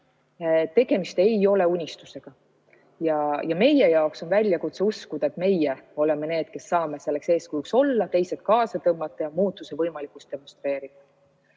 Tegemist ei ole unistusega ja meie jaoks on väljakutse uskuda, et meie oleme need, kes me saame eeskujuks olla, teised kaasa tõmmata ja muutuste võimalikkust demonstreerida. Kui